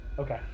Okay